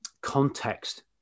context